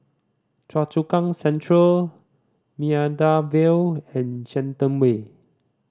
Choa Chu Kang Central Maida Vale and Shenton Way